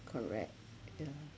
correct ya